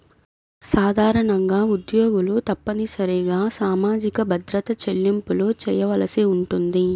సాధారణంగా ఉద్యోగులు తప్పనిసరిగా సామాజిక భద్రత చెల్లింపులు చేయవలసి ఉంటుంది